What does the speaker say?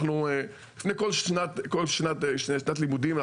אנחנו לפני כל שנת לימודים,